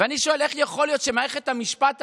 אני שואל איך יכול להיות שמערכת המשפט עצמה,